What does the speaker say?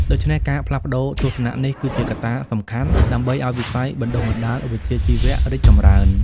ដូច្នេះ ការផ្លាស់ប្តូរទស្សនៈនេះគឺជាកត្តាសំខាន់ដើម្បីឱ្យវិស័យបណ្តុះបណ្តាលវិជ្ជាជីវៈរីកចម្រើន។